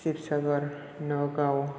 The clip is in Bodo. शिवसागर नगाव